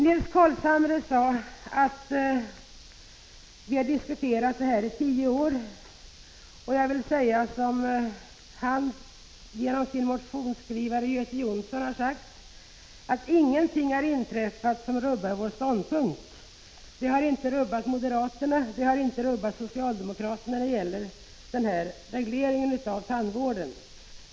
Nils Carlshamre sade att denna fråga har diskuterats i tio år. Jag vill säga, i likhet med moderaternas motionsskrivare Göte Jonsson, att ingenting har inträffat som rubbar vår ståndpunkt. När det gäller regleringen av tandvårdsförsäkringen har ingenting inträffat som har rubbat vare sig moderaterna eller socialdemokraterna.